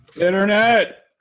Internet